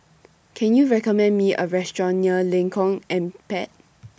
Can YOU recommend Me A Restaurant near Lengkong Empat